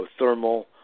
geothermal